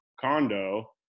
condo